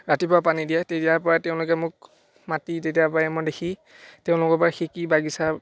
ৰাতিপুৱা পানী দিয়া তেতিয়াৰ পৰাই তেওঁলোকে মোক মাতি তেতিয়াৰ পৰাই মই দেখি তেওঁলোকৰ পৰা শিকি বাগিছা